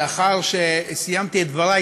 לאחר שסיימתי את דברי,